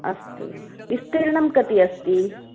अस्तु विस्तीर्णं कति अस्ति